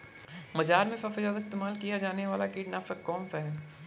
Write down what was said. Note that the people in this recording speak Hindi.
बाज़ार में सबसे ज़्यादा इस्तेमाल किया जाने वाला कीटनाशक कौनसा है?